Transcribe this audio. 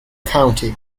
county